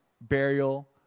burial